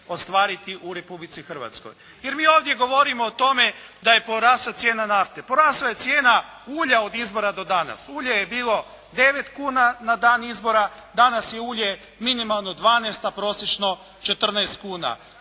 ostvariti u Republici Hrvatskoj. Jer mi ovdje govorimo o tome da je porasla cijena nafte. Porasla je cijena ulja od izbora do danas. Ulje je bilo 9 kuna na dan izbora, danas je ulje minimalno 12, a prosječno 14 kuna.